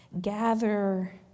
gather